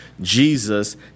Jesus